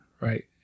Right